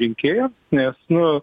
rinkėjo nes nu